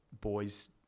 boys